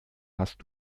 hast